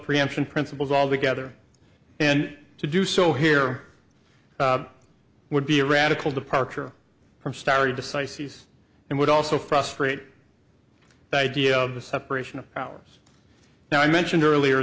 preemption principles altogether and to do so here would be a radical departure from starry decisis and would also frustrate the idea of the separation of powers now i mentioned earlier